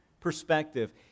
perspective